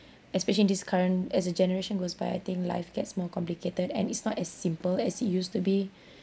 especially in this current as a generation goes by I think life gets more complicated and it's not as simple as it used to be